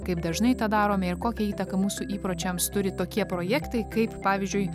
kaip dažnai tą darome ir kokią įtaką mūsų įpročiams turi tokie projektai kaip pavyzdžiui